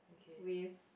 with